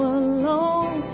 alone